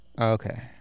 Okay